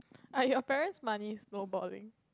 are your parents' money snowballing